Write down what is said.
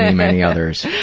and many others.